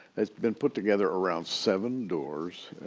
it's been put together around seven doors,